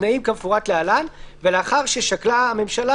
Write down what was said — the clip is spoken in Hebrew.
התנאים כמפורט להלן ולאחר ששקלה הממשלה